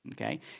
okay